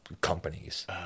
companies